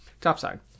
topside